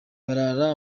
barara